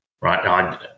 right